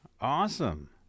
Awesome